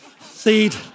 seed